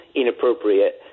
inappropriate